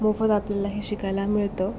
मोफत आपल्याला हे शिकायला मिळतं